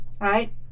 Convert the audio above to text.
right